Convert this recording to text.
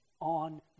on